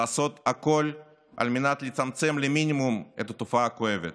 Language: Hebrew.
לעשות הכול על מנת לצמצם למינימום את התופעה הכואבת.